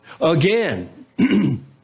Again